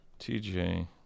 TJ